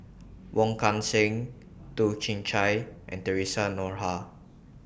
Wong Kan Seng Toh Chin Chye and Theresa Noronha